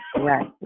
Right